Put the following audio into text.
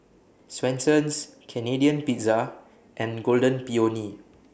Swensens Canadian Pizza and Golden Peony